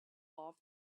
off